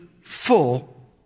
full